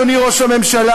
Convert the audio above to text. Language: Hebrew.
אדוני ראש הממשלה,